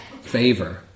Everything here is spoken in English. favor